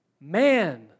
man